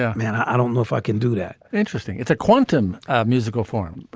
i mean, i i don't know if i can do that interesting. it's a quantum musical form.